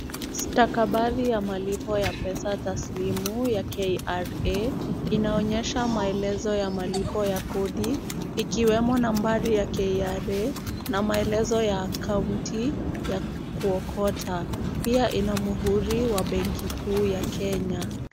Stakabadhi ya malipo ya pesa taslimu ya KRA inaonyesha maelezo ya malipo ya kodi ikiwemo nambari ya KRA na maelezo ya kaunti ya kuokota. Pia ina muhuri wa benki kuu ya Kenya.